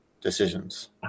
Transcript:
decisions